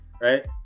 right